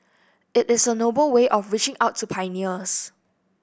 it is a noble way of reaching out to pioneers